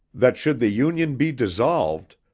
that should the union be dissolved,